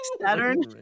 Saturn